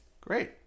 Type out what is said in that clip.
Great